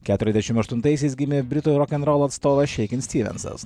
keturiasdešim aštuntaisiais gimė britų rokenrolo atstovas šeiken stivensas